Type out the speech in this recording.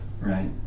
Right